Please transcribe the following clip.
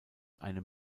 einem